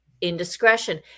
Indiscretion